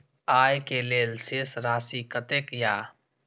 आय के लेल शेष राशि कतेक या?